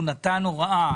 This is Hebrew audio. הוא נתן הוראה,